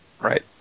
Right